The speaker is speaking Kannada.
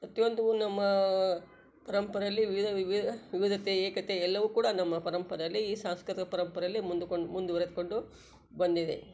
ಪ್ರತಿ ಒಂದು ನಮ್ಮ ಪರಂಪರೆಯಲ್ಲಿ ವಿವಿಧ ವಿವಿಧ ವಿವಿಧತೆ ಏಕತೆ ಎಲ್ಲವೂ ಕೂಡ ನಮ್ಮ ಪರಂಪರೆಯಲ್ಲಿ ಈ ಸಾಂಸ್ಕೃತಿಕ ಪರಂಪರೆಯಲ್ಲಿ ಮುಂದುವರ್ಕೊಂಡ್ ಮುಂದುವರೆದುಕೊಂಡು ಬಂದಿದೆ